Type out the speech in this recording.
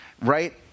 Right